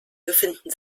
befinden